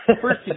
first